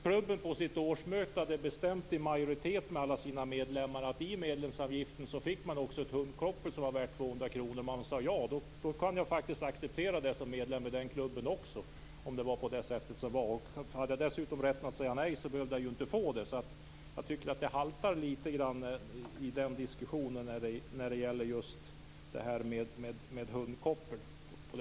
Fru talman! Om en majoritet av kennelklubbens medlemmar på sitt årsmöte hade bestämt att man för medlemsavgiften också fick ett hundkoppel som var värt 250 kr kan jag faktiskt acceptera det som medlem i den klubben. Hade jag dessutom rätten att säga nej behövde jag ju inte få det. Jag tycker att den här diskussionen om hundkoppel haltar litet grand.